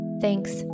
thanks